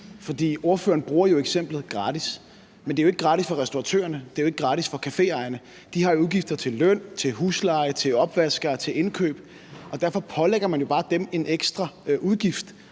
Ordføreren bruger jo eksemplet gratis, men det er jo ikke gratis for restauratørerne, det er jo ikke gratis for caféejerne, for de har jo udgifter til løn, til husleje, til opvaskere, til indkøb, og derfor pålægger man jo bare dem en ekstra udgift.